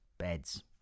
Beds